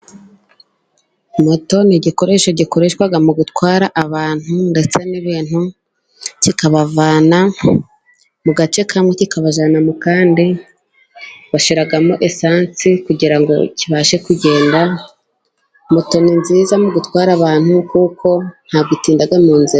Moto ni igikoresho gikoreshwa mu gutwara abantu ndetse n'ibintu, kikabavana mu gace kamwe kikabajyana mu kandi, bashyiramo esansi kugira ngo kibashe kugenda, moto ni nziza mu gutwara abantu, kuko nta gutindaga mu nzira.